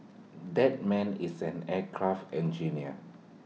that man is an aircraft engineer